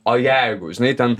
o jeigu žinai ten